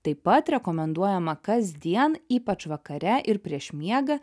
taip pat rekomenduojama kasdien ypač vakare ir prieš miegą